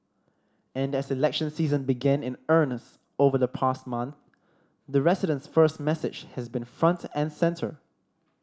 and as election season began in earnest over the past month the residents first message has been front and centre